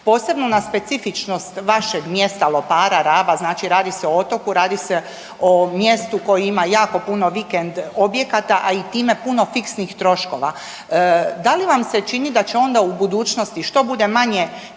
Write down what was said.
posebno na specifičnost vašeg mjesta Lopara, Raba, znači radi se o otoku, radi se o mjestu koje ima jako puno vikend objekata, a i time puno fiksnih troškova. Da li vam se čini da će onda u budućnosti što bude manje